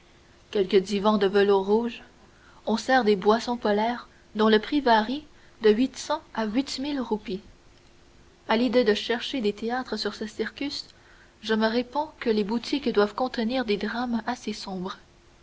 quelques divans de velours rouge on sert des boissons polaires dont le prix varie de huit cents à huit mille roupies a l'idée de chercher des théâtres sur ce circus je me réponds que les boutiques doivent contenir des drames assez sombres